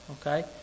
okay